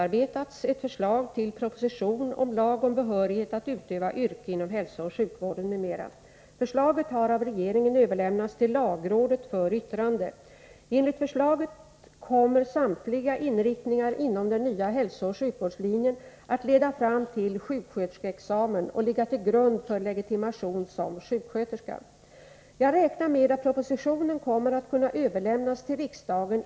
Regeringens proposition kommer så sent att riksdagsbeslut kan tas tidigast i maj och socialstyrelsens eventuella föreskrifter kan publiceras först under sommaren. De studerande, som har förväntat sig sjukskötersketjänster, och sjukvårdshuvudmännen har härigenom försatts i en anmärkningsvärd situation. 1.